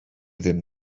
ddim